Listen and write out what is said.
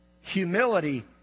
Humility